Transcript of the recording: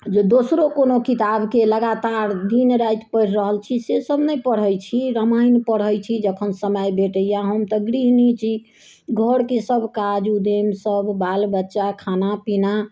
जँ दोसरो कोनो किताबकेँ लगातार दिन राति पढ़ि रहल छी सेसभ नहि पढ़ै छी रामायण पढ़ै छी जखन समय भेटैए हम तऽ गृहणी छी घरके सभकाज उद्यमसभ बाल बच्चा खाना पीना